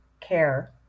Care